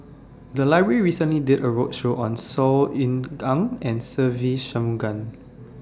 The Library recently did A roadshow on Saw Ean Ang and Se Ve Shanmugam